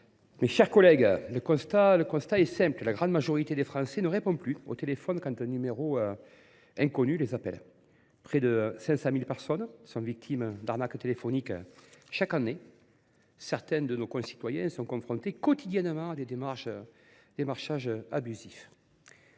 mes chers collègues, le constat est simple : la grande majorité des Français ne répondent plus au téléphone quand un numéro inconnu les appelle. Quelque 500 000 personnes sont victimes d’arnaques téléphoniques chaque année. Certains de nos concitoyens sont confrontés quotidiennement à des démarchages abusifs.